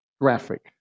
graphic